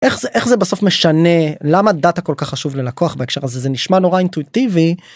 איך זה בסוף משנה, למה דאטה כל כך חשוב ללקוח בהקשר הזה, זה נשמע נורא אינטואיטיבי.